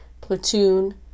platoon